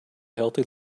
healthy